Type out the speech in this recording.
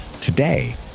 Today